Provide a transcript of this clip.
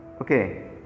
okay